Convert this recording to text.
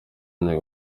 none